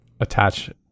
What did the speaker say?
attach